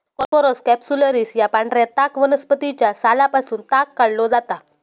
Corchorus कॅप्सुलरिस या पांढऱ्या ताग वनस्पतीच्या सालापासून ताग काढलो जाता